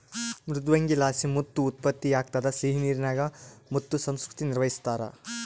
ಮೃದ್ವಂಗಿಲಾಸಿ ಮುತ್ತು ಉತ್ಪತ್ತಿಯಾಗ್ತದ ಸಿಹಿನೀರಿನಾಗ ಮುತ್ತು ಸಂಸ್ಕೃತಿ ನಿರ್ವಹಿಸ್ತಾರ